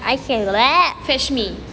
fetch me